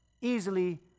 Easily